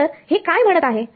तर हे काय म्हणत आहे